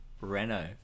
Renault